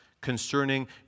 Concerning